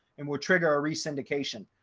and will trigger a re syndication.